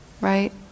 right